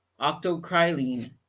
octocrylene